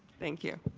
thank you.